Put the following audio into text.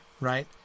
right